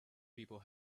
people